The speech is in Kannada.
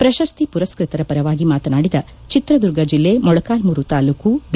ಪ್ರಶಸ್ತಿ ಪುರಸ್ಕೃತರ ಪರವಾಗಿ ಮಾತನಾಡಿದ ಚಿತ್ರದುರ್ಗ ಜಿಲ್ಲೆ ಮೊಳಕಾಲ್ಮೂರು ತಾಲೂಕು ಬಿ